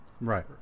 Right